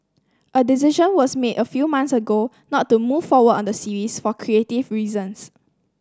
a decision was made a few months ago not to move forward on the series for creative reasons